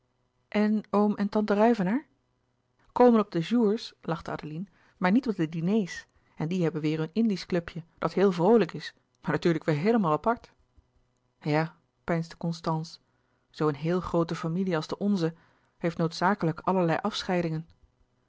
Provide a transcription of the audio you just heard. en oom en tante ruyvenaer komen op de jours lachte adeline maar niet op de diners en die hebben weêr hun indisch clubje dat heel vroolijk is maar natuurlijk weêr heelemaal apart ja peinsde constance zoo een heele groote familie als de onze heeft noodzakelijk allerlei